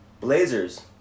Blazers